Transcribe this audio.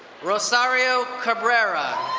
rosario cabrera.